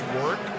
work